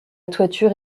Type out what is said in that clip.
toiture